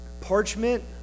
parchment